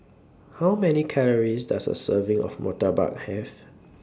How Many Calories Does A Serving of Murtabak Have